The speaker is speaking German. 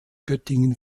göttingen